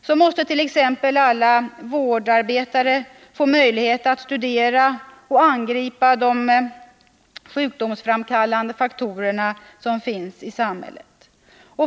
Så måste t.ex. alla vårdarbetare få möjlighet att studera och angripa de sjukdomsframkallande faktorer som finns i samhället.